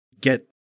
get